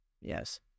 Yes